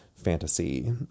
fantasy